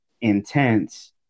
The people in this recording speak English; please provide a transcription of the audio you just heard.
intense –